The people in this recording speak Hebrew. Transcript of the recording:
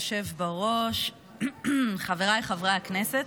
אדוני היושב בראש, חבריי חברי הכנסת,